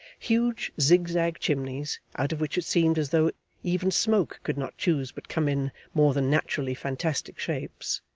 huge zig-zag chimneys, out of which it seemed as though even smoke could not choose but come in more than naturally fantastic shapes,